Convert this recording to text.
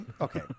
Okay